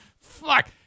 Fuck